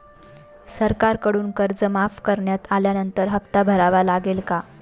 सरकारकडून कर्ज माफ करण्यात आल्यानंतर हप्ता भरावा लागेल का?